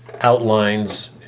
outlines